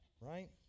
right